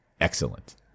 excellent